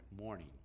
morning